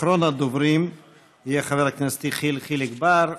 אחרון הדוברים יהיה חבר הכנסת יחיאל חיליק בר.